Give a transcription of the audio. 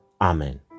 Amen